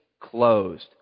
closed